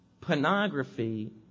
pornography